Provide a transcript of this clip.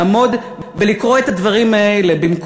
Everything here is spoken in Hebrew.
לעמוד ולקרוא את הדברים במקומי.